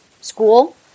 school